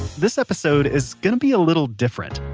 this episode is going to be a little different.